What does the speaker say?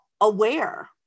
aware